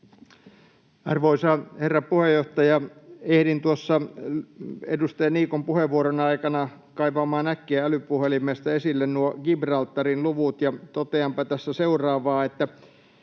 Arvoisa herra puheenjohtaja! Ehdin tuossa edustaja Niikon puheenvuoron aikana kaivamaan äkkiä älypuhelimesta esille nuo Gibraltarin luvut, ja toteanpa tässä seuraavaa: 15.